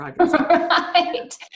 Right